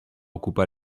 ocupa